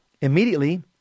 immediately